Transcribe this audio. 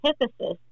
antithesis